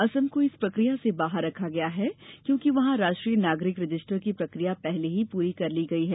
असम को इस प्रक्रिया से बाहर रखा गया है क्योंकि वहां राष्ट्रीय नागरिक रजिस्टर की प्रक्रिया पहले ही पूरी कर ली गई है